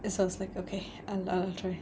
so it's like okay I I'll try